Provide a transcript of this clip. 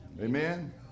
Amen